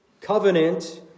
covenant